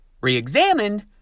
re-examine